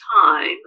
time